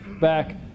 back